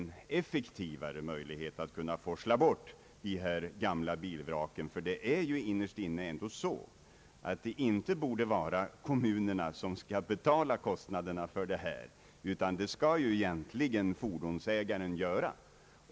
Det är ju ändå så att det inte borde vara kommunerna som skall betala kostnaderna för detta, utan det skall egentligen fordonsägaren göra.